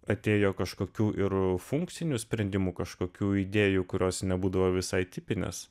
atėjo kažkokių ir funkcinių sprendimų kažkokių idėjų kurios nebūdavo visai tipinės